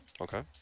Okay